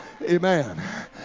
Amen